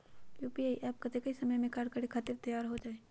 UPI app कतेइक समय मे कार्य करे खातीर तैयार हो जाई?